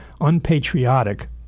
unpatriotic